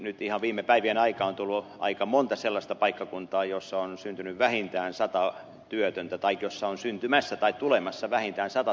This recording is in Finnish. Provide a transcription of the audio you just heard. nyt ihan viime päivien aikaan on tullut aika monta sellaista paikkakuntaa missä on syntynyt vähintään sata työtöntä tai missä on syntymässä tai tulossa vähintään sata työtöntä